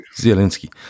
Zielinski